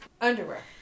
Underwear